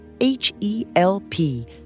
H-E-L-P